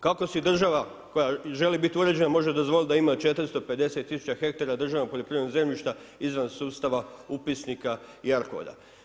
Kako si država koja želi biti uređena može dozvoliti da ima 450 000 hektara državnog poljoprivrednog zemljišta izvan sustava upisnika i ARKOD-a.